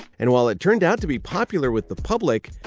and while it turned out to be popular with the public,